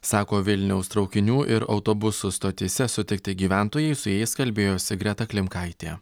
sako vilniaus traukinių ir autobusų stotyse sutikti gyventojai su jais kalbėjosi greta klimkaitė